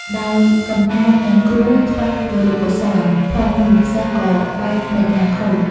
ដោយកំណាច និងគ្រូខ្វះគរុកោសល្យផងនោះ សិស្សក៏បែកប្រាជ្ញាខូច ។